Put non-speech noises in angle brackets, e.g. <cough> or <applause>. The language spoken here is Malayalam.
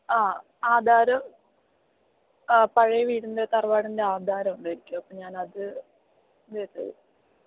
ആ ആധാരം ആ പഴയ വീടിൻ്റെ തറവാടിൻ്റെ ആധാരം ഉണ്ട് എനിക്ക് അപ്പോൾ ഞാൻ അത് <unintelligible>